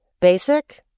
Basic